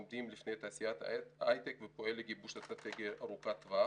העומדים בפני תעשיית ההיי-טק ופועל לגיבוש אסטרטגיה ארוכת טווח.